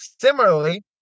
similarly